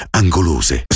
angolose